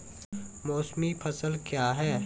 मौसमी फसल क्या हैं?